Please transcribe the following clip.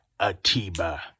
Atiba